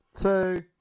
two